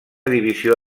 divisió